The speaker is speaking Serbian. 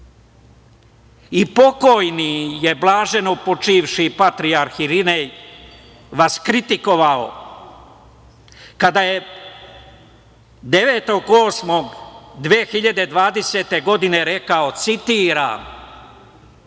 pokojni je blaženopočivši patrijarh Irinej vas kritikovao kada je 9. 8. 2020. godine rekao, citiram: